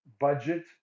budget